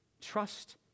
Trust